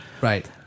right